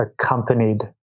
accompanied